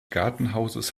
gartenhauses